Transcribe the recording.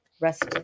rest